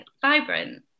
vibrant